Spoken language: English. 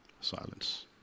Silence